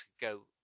go